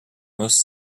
most